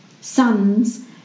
sons